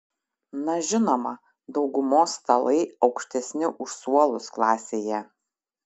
na žinoma daugumos stalai aukštesni už suolus klasėje